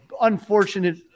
unfortunate